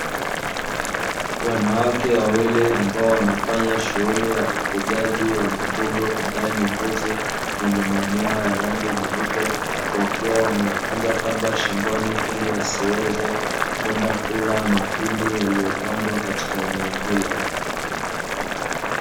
Wanawake wawili ambao wanafanya shughuli ya ufugaji wa mifugo ambaye ni mbuzi mwenye manyoya ya rangi nyeupe, wakiwa wanafunga kamba shingoni ili asiweze kwenda kula mahindi yaliyopandwa katika eneo hilo.